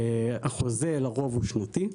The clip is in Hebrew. החוזה לרוב הוא שנתי.